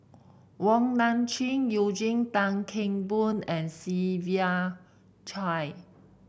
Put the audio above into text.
Wong Nai Chin Eugene Tan Kheng Boon and Siva Choy